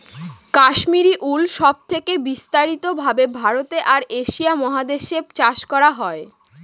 Kashmiri wool সব থেকে বিস্তারিত ভাবে ভারতে আর এশিয়া মহাদেশে চাষ করা হয়